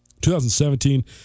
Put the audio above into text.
2017